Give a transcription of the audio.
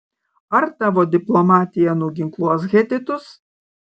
ar tavo diplomatija nuginkluos hetitus